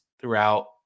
throughout